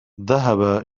ذهب